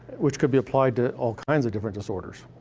which could be applied to all kinds of different disorders.